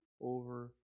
over